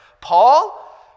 paul